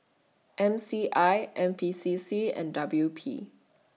M C I N P C C and W P